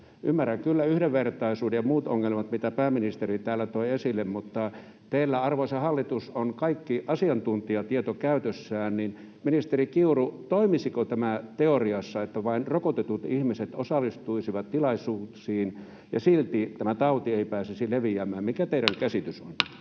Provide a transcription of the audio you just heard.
Ymmärrän kyllä yhdenvertaisuuden ja muut ongelmat, mitä pääministeri täällä toi esille, mutta teillä, arvoisa hallitus, on kaikki asiantuntijatieto käytössänne. Ministeri Kiuru, toimisiko tämä teoriassa, että vain rokotetut ihmiset osallistuisivat tilaisuuksiin ja silti tämä tauti ei pääsisi leviämään?